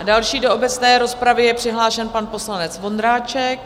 A další do obecné rozpravy je přihlášen pan poslanec Vondráček.